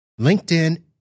LinkedIn